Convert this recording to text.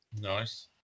nice